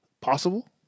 possible